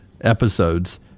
episodes